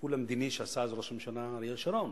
הטיפול המדיני שעשה אז ראש הממשלה אריאל שרון,